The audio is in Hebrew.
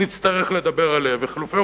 נצטרך לדבר עליה.